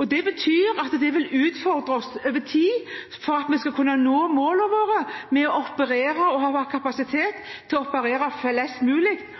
og det betyr at det vil utfordre oss over tid når vi skal nå målene våre med å operere, ha kapasitet til å operere flest mulig og